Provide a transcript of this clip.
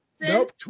Nope